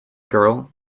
girl